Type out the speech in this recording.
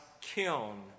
kiln